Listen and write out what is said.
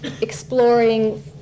exploring